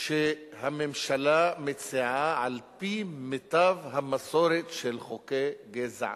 שהממשלה מציעה על-פי מיטב המסורת של חוקי גזע